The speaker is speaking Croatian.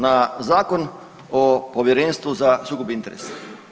Na Zakon o Povjerenstvu za sukob interesa.